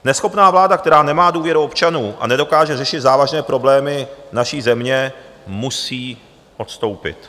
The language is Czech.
Neschopná vláda, která nemá důvěru občanů a nedokáže řešit závažné problémy naší země, musí odstoupit.